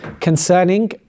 concerning